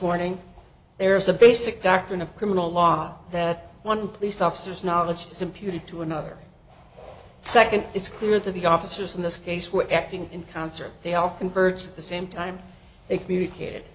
morning there's a basic doctrine of criminal law that one police officers knowledge simpy to another second it's clear that the officers in this case were acting in concert they all converged at the same time they communicated